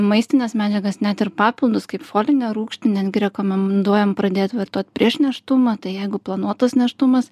maistines medžiagas net ir papildus kaip folinę rūgštį netgi rekomenduojam pradėt vartot prieš nėštumą tai jeigu planuotas nėštumas